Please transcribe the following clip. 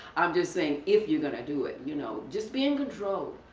i'm just saying if you're going to do it. you know, just be in control.